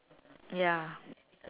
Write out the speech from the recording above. ya